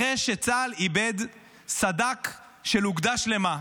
אחרי שצה"ל איבד סד"כ של אוגדה שלמה,